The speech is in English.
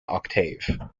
octave